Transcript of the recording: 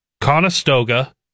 Conestoga